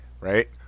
right